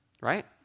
right